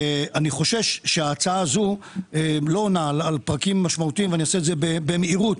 אני חושש שההצעה הזו לא עונה על פרקים משמעותיים ואני אסביר במהירות.